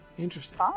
Interesting